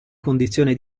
condizione